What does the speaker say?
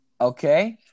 Okay